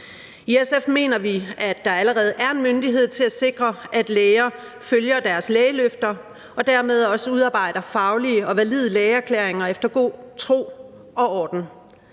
I SF mener vi, at der allerede er en myndighed til at sikre, at læger følger deres lægeløfter og dermed også udarbejder faglige og valide lægeerklæringer efter god tro og orden.